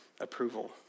approval